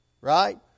right